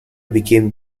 became